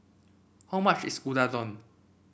how much is Unadon